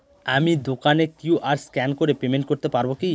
আমি দোকানে QR scan করে পেমেন্ট করতে পারবো কি?